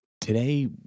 Today